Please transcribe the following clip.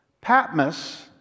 Patmos